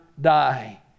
die